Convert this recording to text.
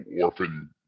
orphan